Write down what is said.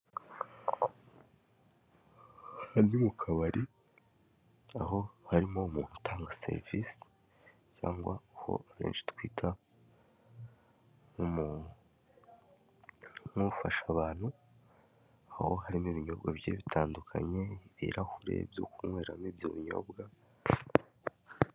Aha ni mu kabari aho harimo umuntu utanga serivise cyangwa aho abenshi twita nk'ufasha abantu aho harimo ibinyobwa bigiye bitandukanye, ibirahure byo kunyweramo ibyo binyobwa.